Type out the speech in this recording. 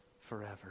forever